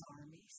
armies